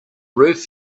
roof